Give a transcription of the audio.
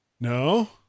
No